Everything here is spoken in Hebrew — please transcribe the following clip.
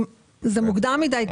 זה מוקדם מדי.